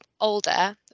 older